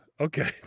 Okay